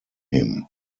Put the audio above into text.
him